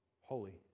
Holy